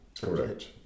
Correct